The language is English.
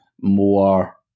more